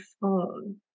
phone